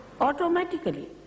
automatically